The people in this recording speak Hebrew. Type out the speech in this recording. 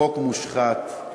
חוק מושחת,